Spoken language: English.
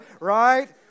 right